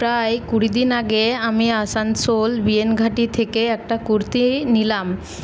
প্রায় কুড়িদিন আগে আমি আসানসোল বিএন ঘাটি থেকে একটা কুর্তি নিলাম